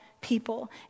people